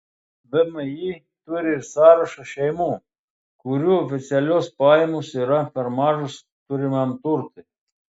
vmi turi ir sąrašą šeimų kurių oficialios pajamos yra per mažos turimam turtui